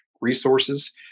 resources